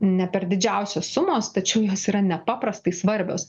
ne per didžiausios sumos tačiau jos yra nepaprastai svarbios